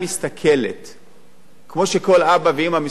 כמו שכל אבא ואמא מסתכלים ורואים מה הילד שלהם אוכל,